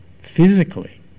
physically